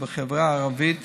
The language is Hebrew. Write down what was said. בחברה הערבית,